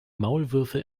maulwürfe